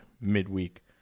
midweek